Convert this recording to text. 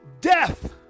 death